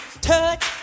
touch